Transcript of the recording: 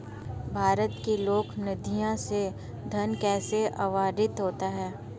भारत की लोक निधियों से धन कैसे आवंटित होता है?